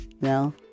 No